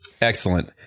Excellent